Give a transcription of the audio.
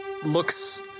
Looks